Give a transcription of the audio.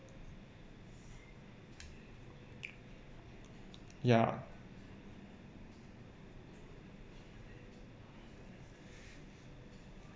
ya